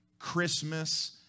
Christmas